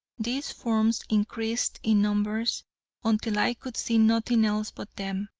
these forms increased in numbers until i could see nothing else but them,